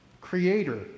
creator